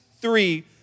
three